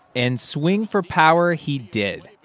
and swing for power, he did.